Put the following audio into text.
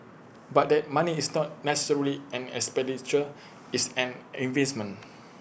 but that money is not necessarily an expenditure it's an investment